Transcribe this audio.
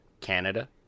Canada